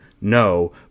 no